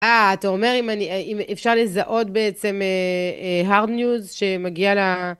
אה, אתה אומר אם אפשר לזהות בעצם הרד ניוז שמגיע ל...